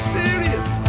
serious